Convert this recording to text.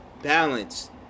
balance